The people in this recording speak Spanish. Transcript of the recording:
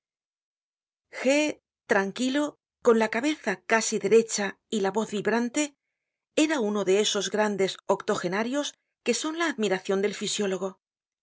tranquilo con la cabeza casi derecha y la voz vibrante era uno de esos grandes octogenarios que son la admiracion del fisiólogo la